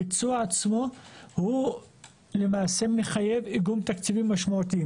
הביצוע עצמו למעשה מחייב איגום תקציבים משמעותי.